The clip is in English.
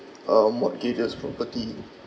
uh mortgages property